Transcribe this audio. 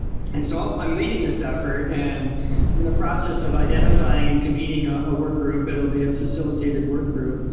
and so um i'm leading this effort and i'm in the process of identifying and convening a ah work group. it'll be a facilitated work group.